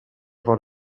avoir